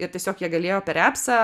ir tiesiog jie galėjo per appsą